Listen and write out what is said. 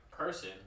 person